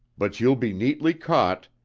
but you'll be neatly caught.